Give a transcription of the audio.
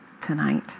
tonight